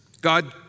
God